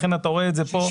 לכן אתה רואה את זה פה,